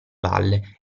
valle